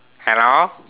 hello